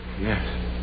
Yes